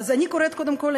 קודם כול,